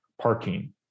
parking